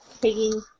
taking